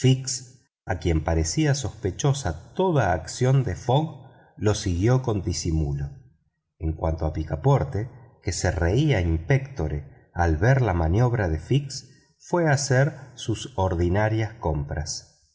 a quien parecía sospechosa toda acción de fogg lo siguió con disimulo en cuanto a picaporte que se reía in petto al ver la maniobra de fix fue a hacer sus ordinarias compras